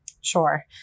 Sure